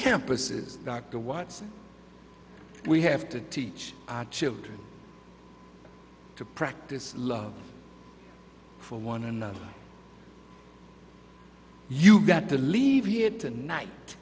campuses to watch we have to teach our children to practice love for one another you've got to leave here tonight